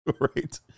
Right